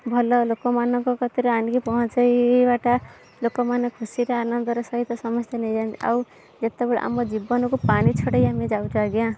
ଭଲ ଲୋକମାନଙ୍କ କତିରେ ଆଣିକି ପହଞ୍ଚେଇବାଟା ଲୋକମାନେ ଖୁସିରେ ଆନନ୍ଦର ସହିତ ସମସ୍ତେ ନେଇଯାଆନ୍ତି ଆଉ ଯେତେବେଳେ ଆମ ଜୀବନକୁ ପାଣିଛଡ଼େଇ ଆମେ ଯାଉଛୁ ଆଜ୍ଞା